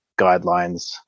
guidelines